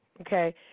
Okay